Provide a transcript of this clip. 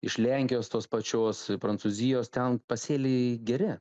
iš lenkijos tos pačios prancūzijos ten pasėliai geri